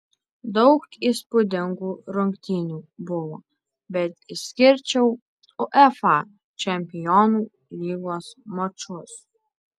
daug įspūdingų rungtynių buvo bet išskirčiau uefa čempionų lygos mačus